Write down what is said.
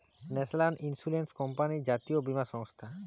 national insurance company জাতীয় বীমা সংস্থা